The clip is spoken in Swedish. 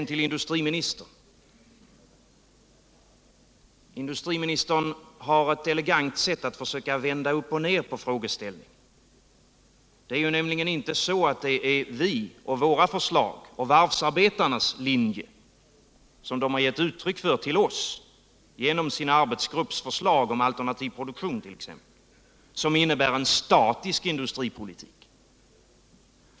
Industriministern har ett elegant sätt att försöka vända upp och ner på frågeställningar. Det är nämligen inte våra förslag och varvsarbetarnas linje, som de har givit uttryck för till oss genom sin arbetsgrupps förslag om exempelvis alternativ produktion, som innebär en statisk industripolitik.